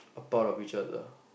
a part of each other